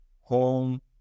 home